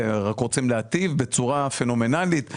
הם רק רוצים להיטיב בצורה פנומנלית".